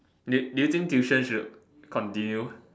do do you think tuition should continue